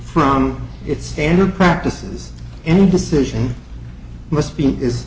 from its standard practices any decision must be